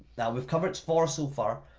we've covered four so far,